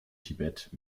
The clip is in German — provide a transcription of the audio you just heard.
tibet